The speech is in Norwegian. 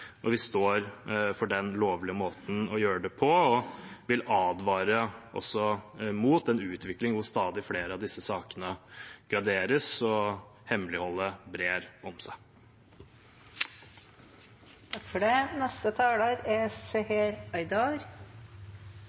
Vi står for den lovlige måten å gjøre det på og vil også advare mot en utvikling hvor stadig flere av disse sakene graderes, og hemmeligholdet brer om seg.